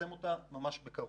ונפרסם אותה ממש בקרוב.